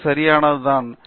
இது சரியானதுதான்